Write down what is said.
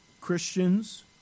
Christians